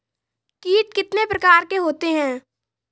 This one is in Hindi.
कीट कितने प्रकार के होते हैं?